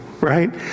right